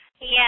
Yes